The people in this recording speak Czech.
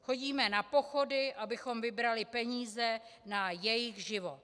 Chodíme na pochody, abychom vybrali peníze na jejich život.